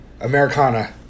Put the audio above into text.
Americana